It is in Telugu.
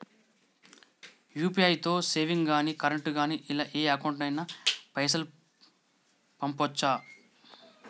యూ.పీ.ఐ తో సేవింగ్స్ గాని కరెంట్ గాని ఇలా ఏ అకౌంట్ కైనా పైసల్ పంపొచ్చా?